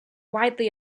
widely